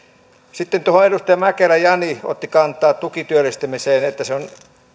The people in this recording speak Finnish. sitten edustaja mäkelä jani otti kantaa tukityöllistämiseen että se on